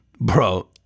bro